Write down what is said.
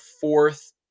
fourth